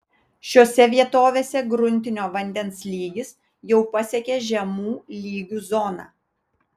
šiose vietovėse gruntinio vandens lygis jau pasiekė žemų lygių zoną